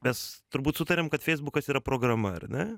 mes turbūt sutariam kad feisbukas yra programa ar na